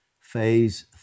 Phase